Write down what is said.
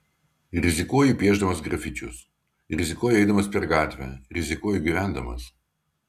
rizikuoju piešdamas grafičius rizikuoju eidamas per gatvę rizikuoju gyvendamas